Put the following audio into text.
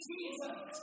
Jesus